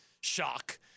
shock